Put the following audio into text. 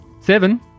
Seven